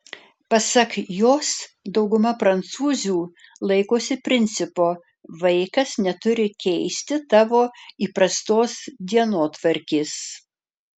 pasak jos dauguma prancūzių laikosi principo vaikas neturi keisti tavo įprastos dienotvarkės